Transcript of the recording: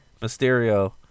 Mysterio